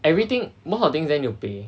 everything most of the things there need to pay